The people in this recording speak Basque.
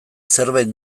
zerbait